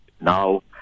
now